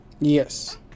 Yes